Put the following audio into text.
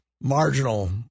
marginal